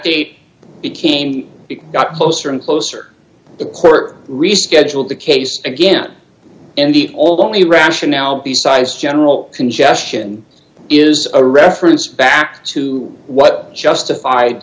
date became got closer and closer the court rescheduled the case again and it all only rationale besides general congestion is a reference back to what justified